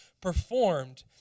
performed